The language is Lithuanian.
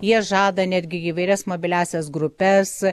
jie žada netgi įvairias mobiliąsias grupes